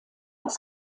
als